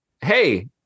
Hey